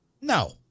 No